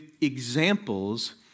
examples